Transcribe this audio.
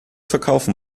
verkaufen